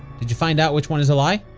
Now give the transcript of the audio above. did you find out which one is a lie?